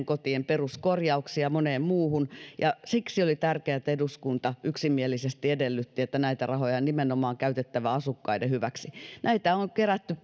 kotien peruskorjauksiin ja moneen muuhun siksi oli tärkeää että eduskunta yksimielisesti edellytti että näitä rahoja on käytettävä nimenomaan asukkaiden hyväksi näitä on kerätty